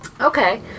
Okay